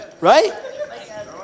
right